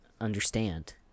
understand